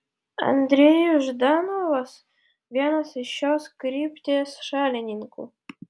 andrejus ždanovas vienas iš šios krypties šalininkų